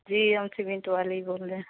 جی ہم سیمنٹ والے ہی بول رہے ہیں